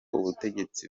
ubutegetsi